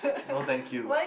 no thank you